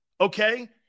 okay